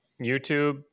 youtube